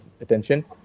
attention